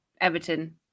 Everton